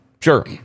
Sure